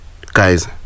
Guys